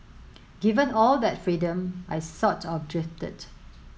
given all that freedom I sort of drifted